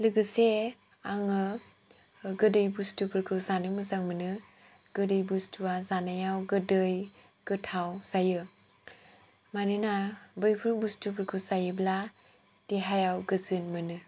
लोगोसे आङो गोदै बुसथुफोरखौ जानो मोजां मोनो गोदै बुसथुवा जानायाव गोदै गोथाव जायो मानोना बैफोर बुसथुफोरखौ जायोब्ला देहायाव गोजोन मोनो